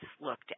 looked